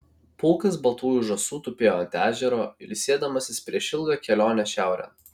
pulkas baltųjų žąsų tupėjo ant ežero ilsėdamasis prieš ilgą kelionę šiaurėn